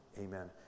Amen